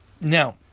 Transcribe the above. Now